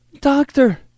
Doctor